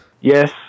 Yes